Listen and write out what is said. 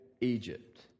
Egypt